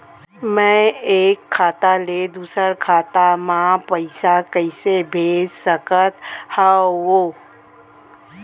मैं एक खाता ले दूसर खाता मा पइसा कइसे भेज सकत हओं?